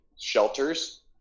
shelters